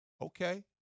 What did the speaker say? Okay